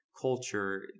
culture